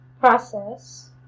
process